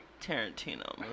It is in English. Tarantino